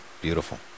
beautiful